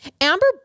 Amber